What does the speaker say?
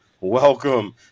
welcome